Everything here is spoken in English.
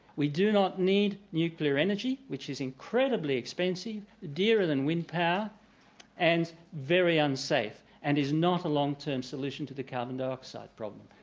we do not need nuclear energy which is incredibly expensive, dearer than wind power and very unsafe. and is not a long-term solution to the carbon dioxide problem.